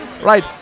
Right